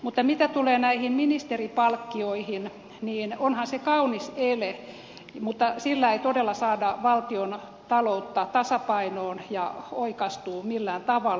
mutta mitä tulee näihin ministeripalkkioihin niin onhan se kaunis ele mutta sillä ei todella saada valtion taloutta tasapainoon ja oikaistua millään tavalla